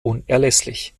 unerlässlich